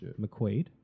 McQuaid